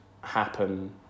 happen